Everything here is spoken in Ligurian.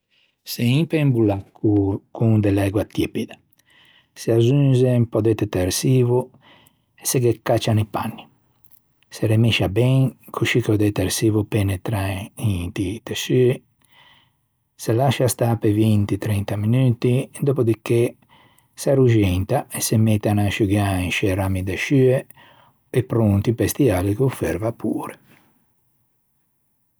Se impe un bollacco con de l'ægua tiepida, se azzonze un pö de detersivo e se ghe caccian i panni. Se remescia ben, coscì che o detersivo o penetra inti tesciui. Se lascia stâ pe vinti-trenta menuti, dòppo di che se ruxentan e se mettan à sciugâ in scê ramme de scioe e pronti pe stiâli co-o færo à vapore.